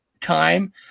time